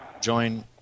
Join